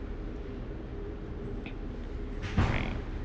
right